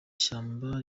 shyamba